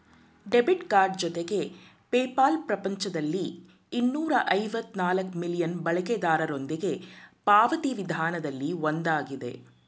debit card ಜೊತೆಗೆ PayPal ಪ್ರಪಂಚದಲ್ಲಿ ಇನ್ನೂರ ಐವತ್ತ ನಾಲ್ಕ್ ಮಿಲಿಯನ್ ಬಳಕೆದಾರರೊಂದಿಗೆ ಪಾವತಿ ವಿಧಾನದಲ್ಲಿ ಒಂದಾಗಿದೆ